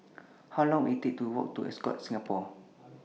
How Long Will IT Take to Walk to Ascott Singapore